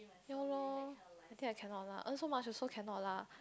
ya loh I think I cannot lah earn so much also cannot lah